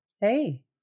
Hey